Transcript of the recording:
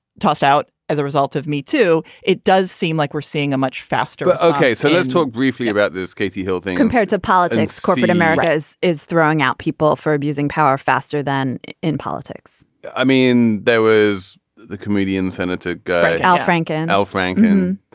tossed out as a result of me too. it does seem like we're seeing a much faster ok so let's talk briefly about this kathy hilton compared to politics corporate america is is throwing out people for abusing power faster than in politics i mean there was the comedian senator al franken. al franken.